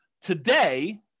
Today